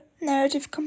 narrative